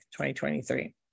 2023